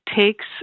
takes